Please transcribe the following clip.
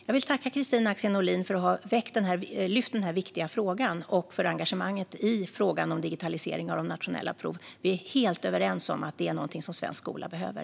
Jag vill tacka Kristina Axén Olin för att ha lyft den här viktiga frågan och för engagemanget i frågan om digitaliseringen av de nationella proven. Vi är helt överens om att det är någonting som svensk skola behöver.